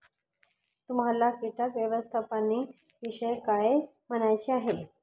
तुम्हाला किटक व्यवस्थापनाविषयी काय म्हणायचे आहे?